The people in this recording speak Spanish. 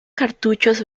cartuchos